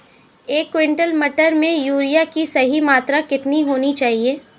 एक क्विंटल मटर में यूरिया की सही मात्रा कितनी होनी चाहिए?